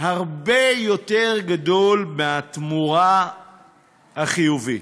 הרבה יותר גדול מהתמורה החיובית.